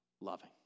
loving